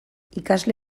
ikasle